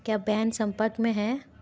क्या बेन संपर्क में है